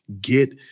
get